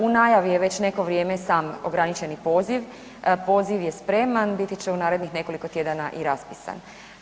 U najavi je već neko vrijeme sam ograničeni poziv, poziv je spreman biti će u narednih nekoliko tjedana i raspisan.